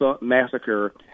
massacre